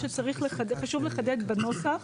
חשוב לחדד בנוסח.